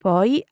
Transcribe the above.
Poi